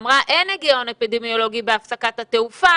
אמרה: אין היגיון אפידמיולוגי בהפסקת התעופה,